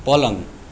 पलङ